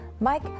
Mike